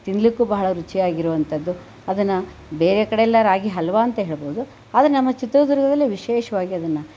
ತಿನ್ನಲಿಕ್ಕು ಬಹಳ ರುಚಿಯಾಗಿರುವಂಥದ್ದು ಅದನ್ನು ಬೇರೆ ಕಡೆಯೆಲ್ಲ ರಾಗಿ ಹಲ್ವ ಅಂತ ಹೇಳಬಹುದು ನಮ್ಮ ಚಿತ್ರದುರ್ಗದಲ್ಲಿ ವಿಶೇಷವಾಗಿ ಅದನ್ನು